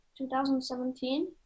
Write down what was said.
2017